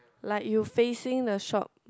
like you facing the shop